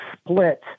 split